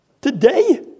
today